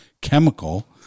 chemical